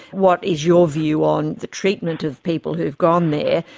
what is your view on the treatment of people who've gone there,